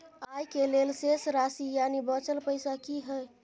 आय के लेल शेष राशि यानि बचल पैसा की हय?